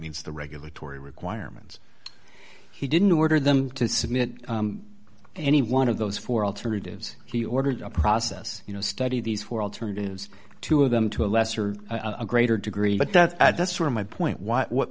means the regulatory requirements he didn't order them to submit any one of those four alternatives he ordered a process you know study these four alternatives two of them to a lesser a greater degree but that's at that's sort of my point what what